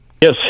Yes